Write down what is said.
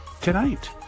tonight